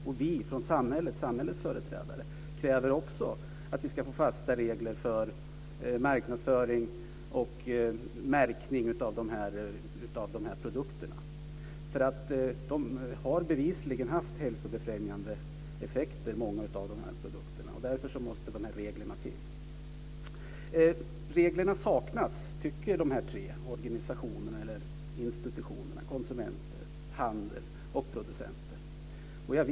Och samhällets företrädare kräver också att vi ska få fasta regler för marknadsföring och märkning av dessa produkter. Många av dessa produkter har bevisligen haft hälsobefrämjande effekter. Därför måste man ha sådana regler. Konsumenter, handel och producenter tycker att regler saknas.